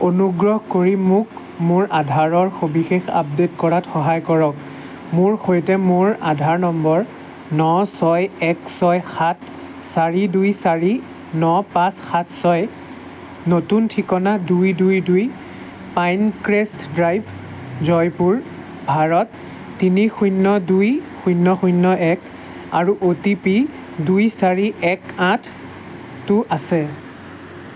অনুগ্ৰহ কৰি মোক মোৰ আধাৰৰ সবিশেষ আপডে'ট কৰাত সহায় কৰক মোৰ সৈতে মোৰ আধাৰ নম্বৰ ন ছয় এক ছয় সাত চাৰি দুই চাৰি ন পাঁচ সাত ছয় নতুন ঠিকনা দুই দুই দুই পাইনক্ৰেষ্ট ড্ৰাইভ জয়পুৰ ভাৰত তিনি শূন্য দুই শূন্য শূন্য এক আৰু অ'টিপি দুই চাৰি এক আঠটো আছে